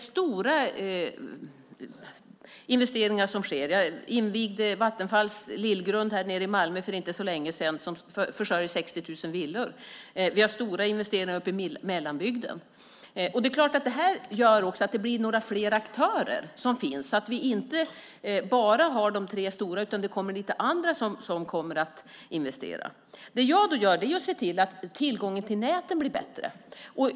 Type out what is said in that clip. Stora investeringar sker. Jag invigde Vattenfalls Lillgrund, som försörjer 60 000 villor, nere i Malmö för inte så länge sedan. Vi har även stora investeringar uppe i mellanbygden. Det är klart att detta också ger fler aktörer så att vi inte bara har de tre stora, utan det blir fler som investerar. Det jag gör är att se till att tillgången till näten blir bättre.